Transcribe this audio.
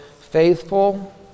faithful